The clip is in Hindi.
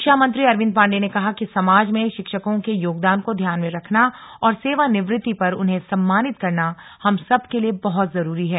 शिक्षा मंत्री अरविन्द पांडे ने कहा कि समाज में शिक्षकों के योगदान को ध्यान में रखना और सेवानिवृत्ति पर उन्हें सम्मानित करना हम सबके लिए बहुत जरूरी है